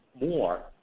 more